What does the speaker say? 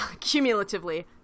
Cumulatively